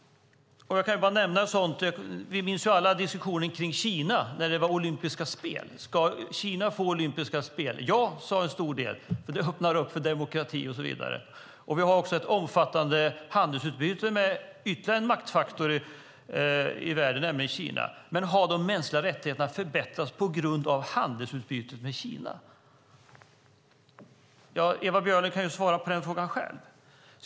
Vi minns alla diskussionen om Kinas olympiska spel. Bör Kina få olympiska spel? Ja, sade många, för det öppnar för demokrati och så vidare. Vi har också ett omfattande handelsutbyte med Kina, som är en maktfaktor i världen. Men har de mänskliga rättigheterna förbättrats på grund av handelsutbytet med Kina? Ewa Björling kan svara på den frågan själv.